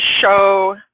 show